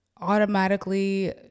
automatically